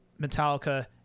Metallica